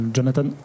Jonathan